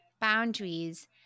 boundaries